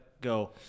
go